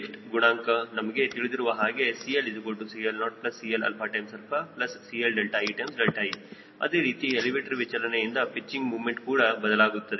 lift ಗುಣಾಂಕ ನಮಗೆ ತಿಳಿದಿರುವ ಹಾಗೆ CLCL0CLCLee ಅದೇ ರೀತಿ ಎಲಿವೇಟರ್ ವಿಚಲನೆಯಿಂದ ಪಿಚ್ಚಿಂಗ್ ಮೂಮೆಂಟ್ ಕೂಡ ಬದಲಾಗುತ್ತದೆ